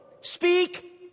Speak